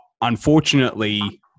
unfortunately